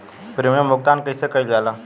Premium भुगतान कइसे कइल जाला?